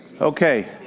Okay